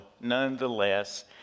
nonetheless